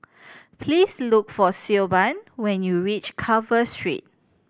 please look for Siobhan when you reach Carver Street